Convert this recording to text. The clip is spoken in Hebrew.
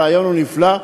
הרעיון נפלא,